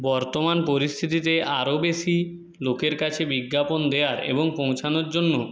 বর্তমান পরিস্থিতিতে আরও বেশি লোকের কাছে বিজ্ঞাপন দেওয়ার এবং পৌঁছানোর জন্য